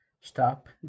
stop